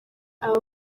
aba